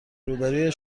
روبروی